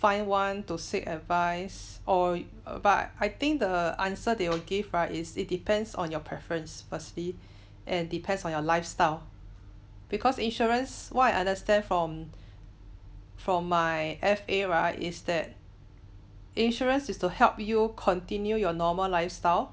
find one to seek advice or but I think the answer they will give right is it depends on your preference firstly and depends on your lifestyle because insurance what I understand from from my F_A right is that insurance is to help you continue your normal lifestyle